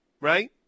right